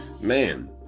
Man